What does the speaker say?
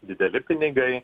dideli pinigai